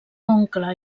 oncle